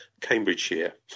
Cambridgeshire